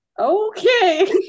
Okay